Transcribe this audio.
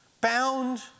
bound